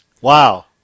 Wow